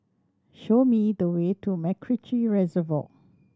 show me the way to MacRitchie Reservoir